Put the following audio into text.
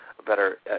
better